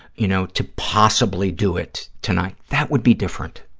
you know, to possibly do it tonight, that would be different.